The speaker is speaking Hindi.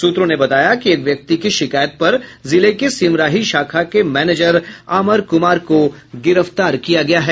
सूत्रों ने बताया कि एक व्यक्ति की शिकायत पर जिले के सिमराही शाखा के मैनेजर अमर कुमार को गिरफ्तार किया गया है